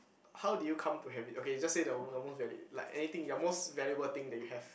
how did you come to have it okay just say the the most valid like anything you're most valuable thing that you have